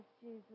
Jesus